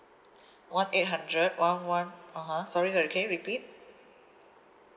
one eight hundred one one (uh huh) sorry sorry can you repeat